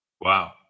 Wow